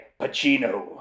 Pacino